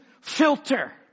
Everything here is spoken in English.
filter